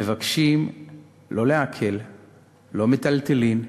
מבקשים לא לעקל מיטלטלין,